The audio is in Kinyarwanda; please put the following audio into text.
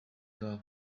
zabo